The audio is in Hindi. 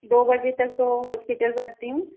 दो बजे तक तो हॉस्पिटल बैठती हूँ